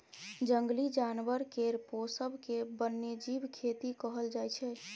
जंगली जानबर केर पोसब केँ बन्यजीब खेती कहल जाइ छै